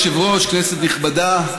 היושב-ראש, כנסת נכבדה,